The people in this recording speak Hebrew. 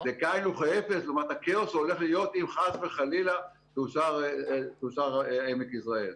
זה כאין וכאפס לעומת הכאוס שהולך להיות אם חס וחלילה יאושר עמק יזרעאל.